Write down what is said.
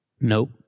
Nope